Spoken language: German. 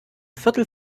viertel